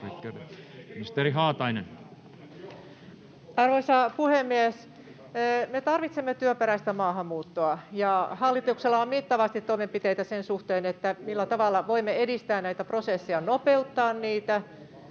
Arvoisa puhemies! Me tarvitsemme työperäistä maahanmuuttoa, ja hallituksella on mittavasti toimenpiteitä sen suhteen, millä tavalla voimme edistää näitä prosesseja ja nopeuttaa niitä.